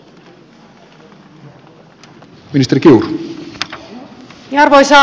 arvoisa puhemies